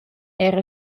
era